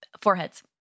foreheads